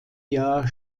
jahr